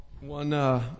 One